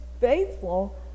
faithful